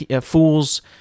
fools